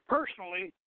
Personally